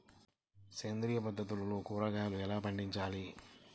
సేంద్రియ పద్ధతిలో కూరగాయలు ఎలా పండించాలి?